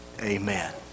Amen